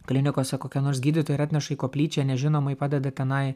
klinikose kokia nors gydytoja ir atneša į koplyčią nežinomai padeda tenai